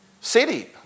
city